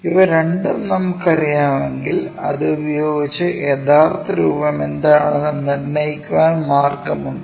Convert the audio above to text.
ഇവ രണ്ടും നമുക്കറിയാമെങ്കിൽ അത് ഉപയോഗിച്ച് യഥാർത്ഥ രൂപം എന്താണെന്ന് നിർണ്ണയിക്കാൻ മാർഗമുണ്ടോ